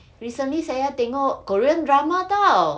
recently saya tengok korean drama [tau]